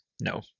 No